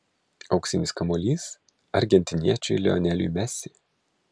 auksinis kamuolys argentiniečiui lioneliui messi